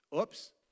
Oops